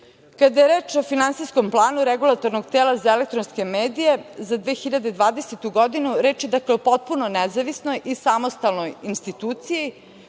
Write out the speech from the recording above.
je reč o Finansijskom planu Regulatornog tela za elektronske medije za 2020. godinu, reč je o potpuno nezavisnoj i samostalnoj instituciji,